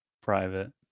Private